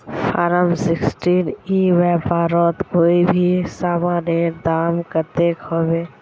Form sixteen ई व्यापारोत कोई भी सामानेर दाम कतेक होबे?